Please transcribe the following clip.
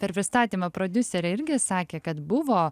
per pristatymą prodiuserė irgi sakė kad buvo